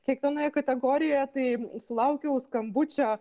kiekvienoje kategorijoje tai sulaukiau skambučio